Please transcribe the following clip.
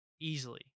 easily